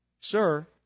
sir